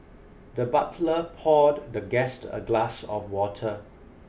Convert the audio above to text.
the butler poured the guest a glass of water